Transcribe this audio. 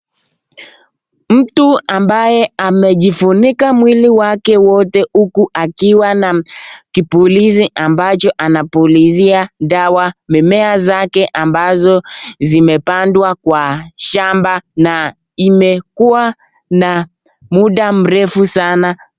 Mtu ambaye amejifunika mwili wake wote huku akiwa na kipulizi ambacho anapulizia dawa mimea zake ambazo zimepandwa kwa shamba na imekuwa na muda mrefu sana.